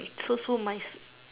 so so mice